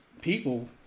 people